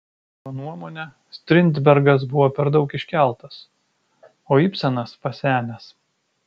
jo nuomone strindbergas buvo per daug iškeltas o ibsenas pasenęs